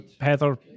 heather